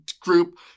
group